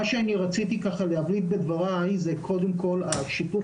מה שאני רציתי ככה להביא בדבריי זה קודם כל השיתוף